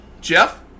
Jeff